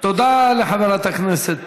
תודה לחברת הכנסת